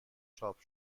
چاپ